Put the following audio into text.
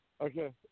Okay